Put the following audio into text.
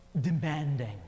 demanding